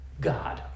God